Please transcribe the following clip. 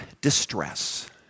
distress